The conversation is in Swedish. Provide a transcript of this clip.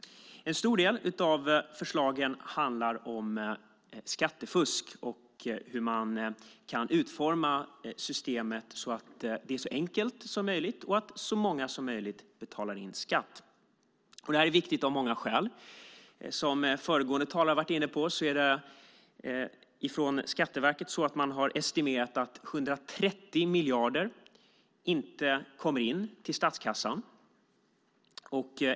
En stor del av förslagen handlar om skattefusk och hur man kan utforma systemet så att det blir så enkelt som möjligt och att så många som möjligt betalar in skatt. Det här är viktigt av många skäl. Som föregående talare varit inne på har Skatteverket estimerat att 130 miljarder inte kommer in till statskassan.